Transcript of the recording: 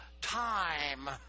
time